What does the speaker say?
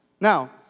Now